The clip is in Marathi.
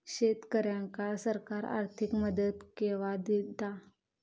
शेतकऱ्यांका सरकार आर्थिक मदत केवा दिता?